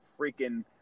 freaking